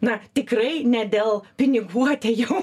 na tikrai ne dėl pinigų atėjau